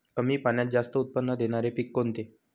कमी पाण्यात जास्त उत्त्पन्न देणारे पीक कोणते?